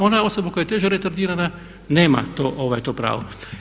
Ona osoba koja je teže retardirana nema to pravo.